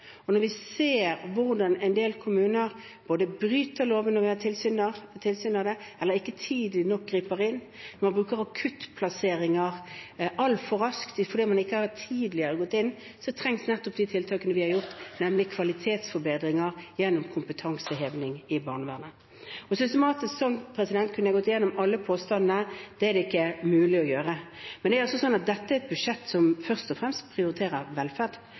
Og når vi ser hvordan en del kommuner både bryter loven når vi har tilsyn av det, eller ikke tidlig nok griper inn – man bruker akuttplasseringer altfor raskt fordi man ikke tidligere har gått inn – så trengs nettopp de tiltakene vi har gjort, nemlig kvalitetsforbedringer gjennom kompetanseheving i barnevernet. Systematisk kunne jeg slik gått igjennom alle påstandene. Det er det ikke mulig å gjøre. Men det er altså slik at dette er et budsjett som først og fremst prioriterer velferd.